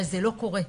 אבל זה לא קורה.